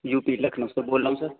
you P Lucknow سے بول رہا ہوں سر